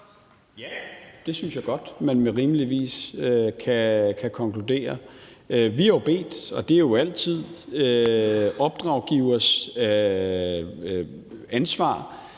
Det synes jeg godt man rimeligvis kan konkludere. Vi har jo bedt – og det er jo altid opdraggivers ansvar